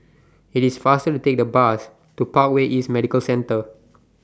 IT IS faster to Take The Bus to Parkway East Medical Centre